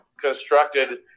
constructed